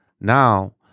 Now